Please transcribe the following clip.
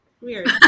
Weird